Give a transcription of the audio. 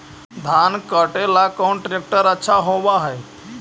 धान कटे ला कौन ट्रैक्टर अच्छा होबा है?